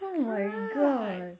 oh my god